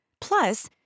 Plus